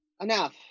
enough